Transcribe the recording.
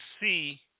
see